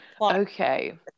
Okay